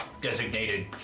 designated